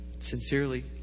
Sincerely